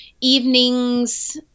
Evenings